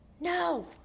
No